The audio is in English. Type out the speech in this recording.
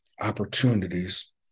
opportunities